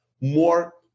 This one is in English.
more